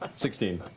ah sixteen.